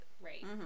right